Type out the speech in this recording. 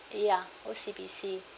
ya O_C_B_C